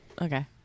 Okay